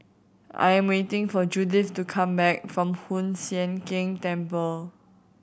I am waiting for Judith to come back from Hoon Sian Keng Temple